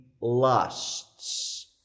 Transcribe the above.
lusts